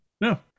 no